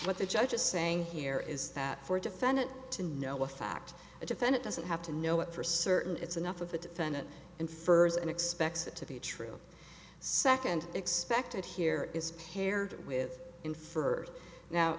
what the judge is saying here is that for a defendant to know a fact a defendant doesn't have to know it for certain it's enough of the defendant infers and expects it to be true second expected here is paired with infer now